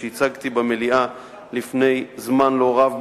שהצגתי במליאה לפני זמן לא רב,